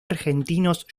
argentinos